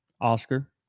Oscar